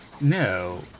No